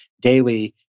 daily